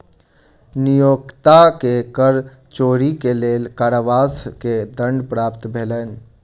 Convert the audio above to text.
नियोक्ता के कर चोरी के लेल कारावास के दंड प्राप्त भेलैन